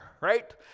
right